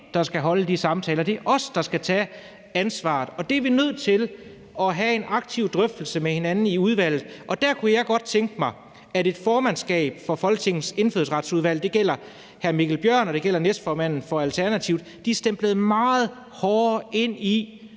der skal holde de samtaler. Det er os, der skal tage ansvaret, og det er vi nødt til at have en aktiv drøftelse med hinanden om i udvalget. Der kunne jeg godt tænke mig, at et formandskab for Folketingets Indfødsretsudvalg – det gælder hr. Mikkel Bjørn, og det gælder næstformanden for Alternativet – stemplede meget hårdere ind i,